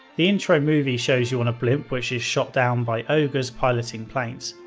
the intro movie shows you on a blimp which is shot down by ogres piloting planes.